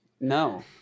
no